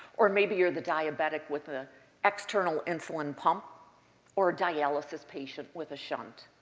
or maybe you're the diabetic with the external insulin pump or dialysis patient with a shunt.